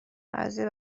قضیه